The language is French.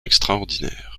extraordinaire